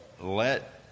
let